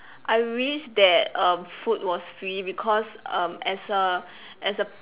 I wish that um food was free because um as a as a